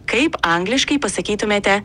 kaip angliškai pasakytumėte